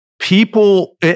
people